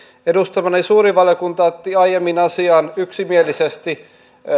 edustamani suuri valiokunta otti aiemmin asiaan yksimielisesti